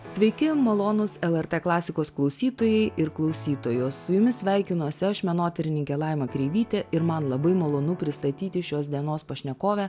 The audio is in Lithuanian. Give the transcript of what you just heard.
sveiki malonūs lrt klasikos klausytojai ir klausytojos su jumis sveikinuosi aš menotyrininkė laima kreivytė ir man labai malonu pristatyti šios dienos pašnekovę